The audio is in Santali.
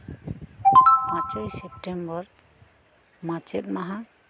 ᱯᱟᱸᱪᱩᱭ ᱥᱮᱯᱴᱮᱢᱵᱚᱨ ᱢᱟᱪᱮᱫ ᱢᱟᱦᱟ